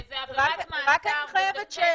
חד משמעי, זה עבירת מאסר וצריך לטפל.